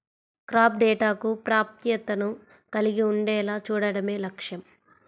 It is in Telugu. క్రాప్ డేటాకు ప్రాప్యతను కలిగి ఉండేలా చూడడమే లక్ష్యం